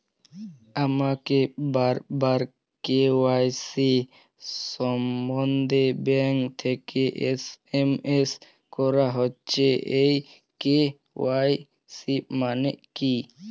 আমাকে বারবার কে.ওয়াই.সি সম্বন্ধে ব্যাংক থেকে এস.এম.এস করা হচ্ছে এই কে.ওয়াই.সি মানে কী?